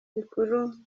bikuru